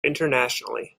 internationally